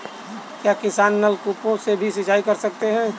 क्या किसान नल कूपों से भी सिंचाई कर सकते हैं?